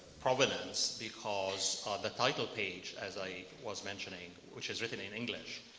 provenance because the title page as i was mentioning, which is written in english,